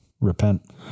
Repent